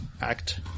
act